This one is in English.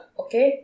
okay